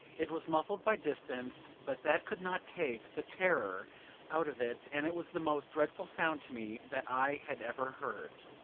it was muffled by distance, but that could not take the terror out of it, and it was the most dreadful sound to me that i had ever heard.